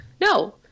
No